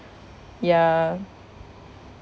ya